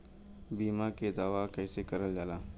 बीमा के दावा कैसे करल जाला?